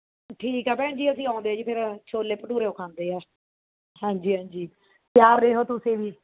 ਠੀਕ ਹੈ ਭੈਣ ਜੀ ਅਸੀਂ ਆਉਂਦੇ ਜੀ ਫਿਰ ਛੋਲੇ ਭਟੂਰੇ ਉਹ ਖਾਂਦੇ ਹਾਂ ਹਾਂਜੀ ਹਾਂਜੀ ਤਿਆਰ ਰਹੋ ਤੁਸੀਂ ਵੀ